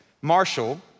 Marshall